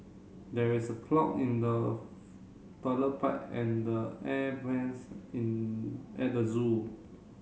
there is a clog in the toilet pipe and the air vents in at the zoo